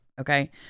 Okay